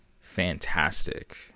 fantastic